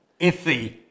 iffy